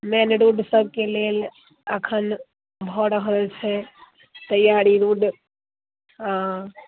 मेन road सबके लेल अखन भऽ रहल छै तैआरी रोड आ